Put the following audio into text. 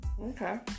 Okay